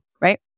right